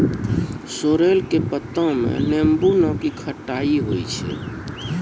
sorrel के पत्ता मॅ नींबू नाकी खट्टाई होय छै